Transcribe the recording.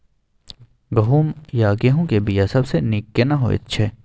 गहूम या गेहूं के बिया सबसे नीक केना होयत छै?